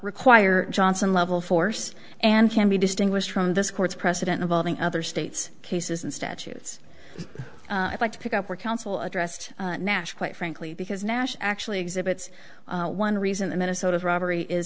require johnson level force and can be distinguished from this court's precedent involving other states cases and statutes i'd like to pick up where counsel addressed nash quite frankly because nash actually exhibits one reason the minnesota robbery is